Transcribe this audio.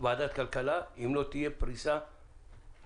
ועדת הכלכלה אם לא תהיה פריסה מלאה,